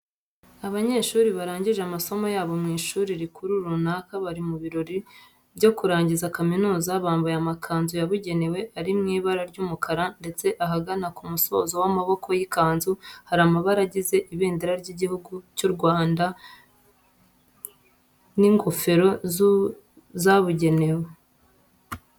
Abanyeshuri barangije amasomo yabo mu ishuri rikuru runaka bari mu birori byo kurangiza kaminuza, bambaye amakanzu yabugenewe ari mu ibara ry'umukara ndetse ahagana ku musozo w'amaboko y'ikanzu hari amabara agize ibendera ry'Igihugu cy'u Rwanda. Bbaye n'ingofero zabugenewe.